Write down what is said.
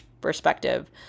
perspective